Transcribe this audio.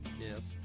Yes